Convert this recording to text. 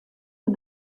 der